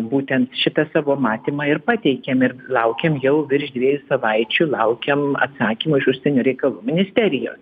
būtent šitą savo matymą ir pateikėm ir laukiam jau virš dviejų savaičių laukiam atsakymo iš užsienio reikalų ministerijos